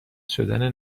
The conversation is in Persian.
شدن